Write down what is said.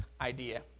idea